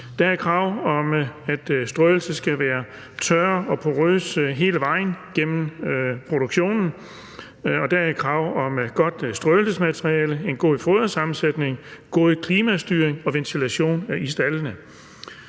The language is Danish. Der er krav om, at strøelse skal være tørt og porøst hele vejen igennem produktionen, og der er krav om godt strøelsesmateriale, en god fodersammensætning, god klimastyring og ventilation i staldene.